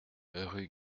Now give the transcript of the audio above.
rue